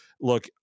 look